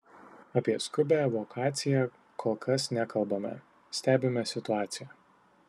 apie skubią evakuaciją kol kas nekalbame stebime situaciją